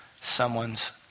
someone's